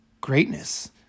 greatness